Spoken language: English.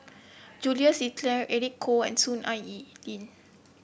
Jules Itier Eric Khoo and Soon Ai Ee Ling